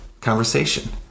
conversation